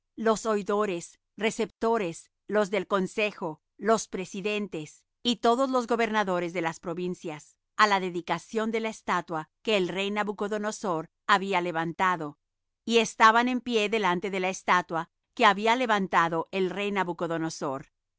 los oidores receptores los del consejo los presidentes y todos los gobernadores de las provincias á la dedicación de la estatua que el rey nabucodonosor había levantado y estaban en pie delante de la estatua que había levantado el rey nabucodonosor